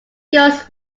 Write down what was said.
goes